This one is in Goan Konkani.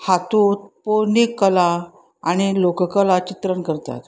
हातूंत पोरणी कला आनी लोककला चित्रण करतात